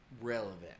relevant